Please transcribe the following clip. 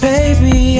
Baby